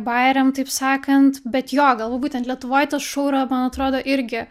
bajeriam taip sakant bet jo gal va būtent lietuvoj tas šou yra man atrodo irgi